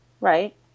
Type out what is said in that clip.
Right